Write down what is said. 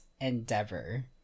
endeavor